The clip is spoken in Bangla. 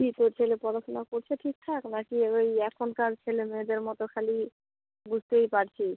কী তোর ছেলে পড়াশুনা করছে ঠিকঠাক নাকি ওই এখনকার ছেলেমেয়েদের মতো খালি বুঝতেই পারছিস